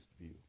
view